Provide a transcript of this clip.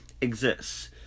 exists